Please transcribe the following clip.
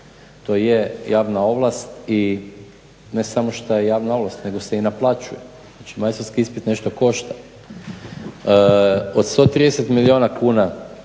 to je javna ovlast i ne samo što je javna ovlast nego se i naplaćuje, znači majstorski ispit nešto košta. Od 130 milijuna kuna